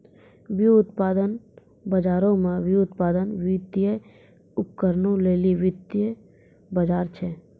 व्युत्पादन बजारो मे व्युत्पादन, वित्तीय उपकरणो लेली वित्तीय बजार छै